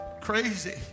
crazy